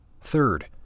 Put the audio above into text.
Third